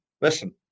Listen